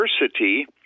diversity